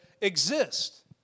exist